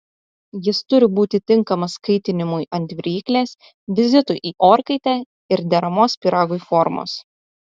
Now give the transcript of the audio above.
jis turi būti tinkamas kaitinimui ant viryklės vizitui į orkaitę ir deramos pyragui formos